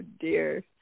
Dear